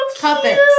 Puppets